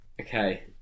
Okay